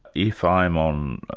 if i'm on,